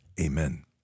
Amen